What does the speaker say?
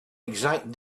exact